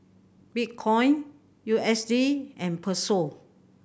Bitcoin U S D and Peso